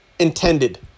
Intended